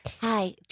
Hi